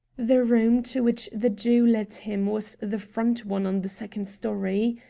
the room to which the jew led him was the front one on the second story.